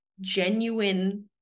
genuine